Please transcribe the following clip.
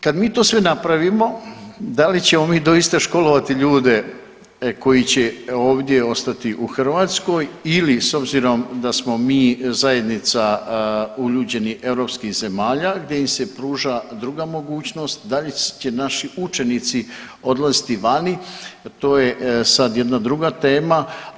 Kad mi to sve napravimo da li ćemo mi doista školovati ljude koji će ovdje ostati u Hrvatskoj ili s obzirom da smo mi zajednica uljuđenih europskih zemalja gdje im se pruža druga mogućnost da li će naši učenici odlaziti vani to je sad jedna druga tema.